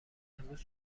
امروز